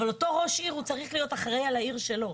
אבל אותו ראש עיר הוא צריך להיות אחראי על העיר שלו.